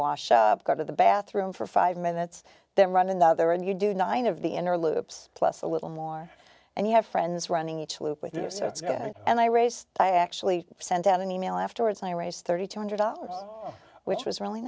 wash up go to the bathroom for five minutes then run another and you do nine of the inner loops plus a little more and you have friends running each loop with you so it's good and i race i actually sent out an email afterwards i raised thirty two hundred dollars which was really